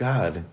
God